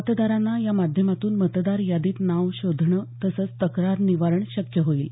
मतदारांना या माध्यमातून मतदार यादीत नाव शोधणं तसंच तक्रार निवारण शक्य होईल